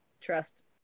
trust